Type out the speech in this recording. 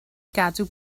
gadw